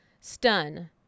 stun